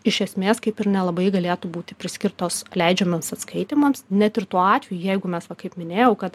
iš esmės kaip ir nelabai galėtų būti priskirtos leidžiamiems atskaitymams net ir tuo atveju jeigu mes kaip minėjau kad